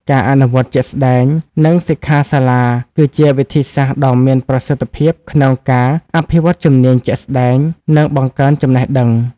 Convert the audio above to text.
ការអនុវត្តជាក់ស្តែង និងសិក្ខាសាលា គឺជាវិធីសាស្ត្រដ៏មានប្រសិទ្ធភាពក្នុងការអភិវឌ្ឍជំនាញជាក់ស្តែង និងបង្កើនចំណេះដឹង។